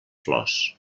flors